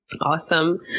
Awesome